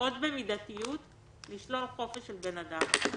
רבה ובמידתיות רבה לשלול חופש של אדם.